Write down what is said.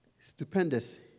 Stupendous